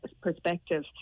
perspective